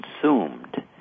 consumed